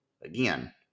Again